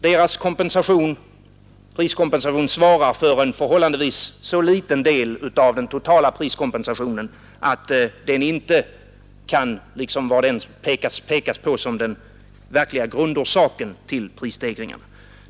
Deras priskompensation svarar för en förhållandevis så liten del av den totala priskompensationen att det inte kan göras gällande att det är den verkliga orsaken till prisstegringarna.